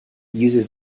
uses